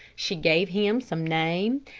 she gave him some name,